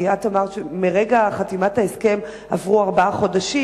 אמרת שמרגע חתימת ההסכם עברו ארבעה חודשים,